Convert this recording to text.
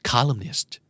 Columnist